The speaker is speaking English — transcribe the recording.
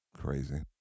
Crazy